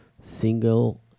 single